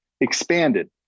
expanded